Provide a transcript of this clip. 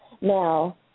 Now